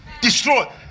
Destroy